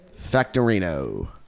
Factorino